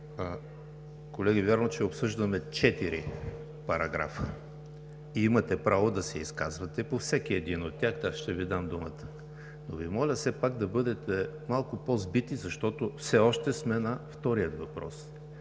Колеги, вярно е, че обсъждаме четири параграфа и имате право да се изказвате по всеки един от тях. Моля Ви, все пак да бъдете малко по-сбити, защото все още сме на втория въпрос.